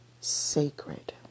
sacred